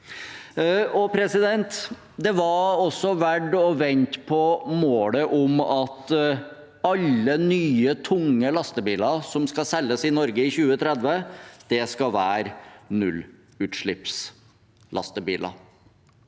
på plass. Det var også verdt å vente på målet om at alle nye, tunge lastebiler som skal selges i Norge i 2030, skal være nullutslippslastebiler,